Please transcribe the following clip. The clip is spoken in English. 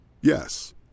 Yes